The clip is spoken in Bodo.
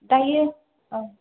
दायो औ